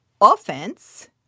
offense